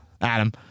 Adam